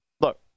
Look